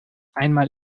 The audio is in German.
einmal